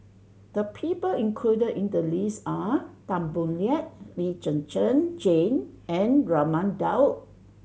the people included in the list are Tan Boo Liat Lee Zhen Zhen Jane and Raman Daud